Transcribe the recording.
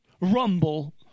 rumble